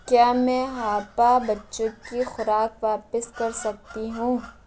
کیا میں ہاپا بچوں کی خوراک واپس کر سکتی ہوں